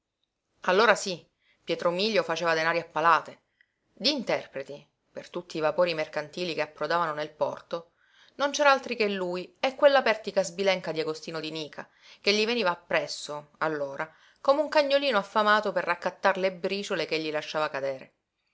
allora sí pietro mílio faceva denari a palate di interpreti per tutti i vapori mercantili che approdavano nel porto non c'era altri che lui e quella pertica sbilenca di agostino di nica che gli veniva appresso allora come un cagnolino affamato per raccattar le briciole ch'egli lasciava cadere